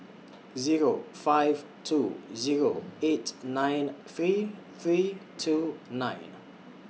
Zero five two Zero eight nine three three two nine